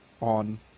on